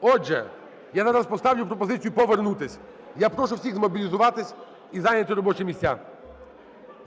Отже, я зараз поставлю пропозицію повернутися. Я прошу всіх змобілізуватися і зайняти робочі місця.